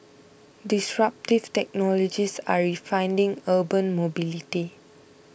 disruptive technologies are redefining urban mobility